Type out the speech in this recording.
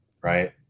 right